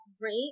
great